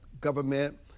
government